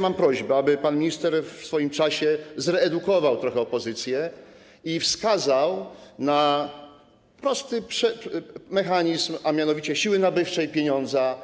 Mam prośbę, aby pan minister w swoim czasie zreedukował trochę opozycję i wskazał na prosty mechanizm, a mianowicie siłę nabywczą pieniądza,